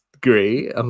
great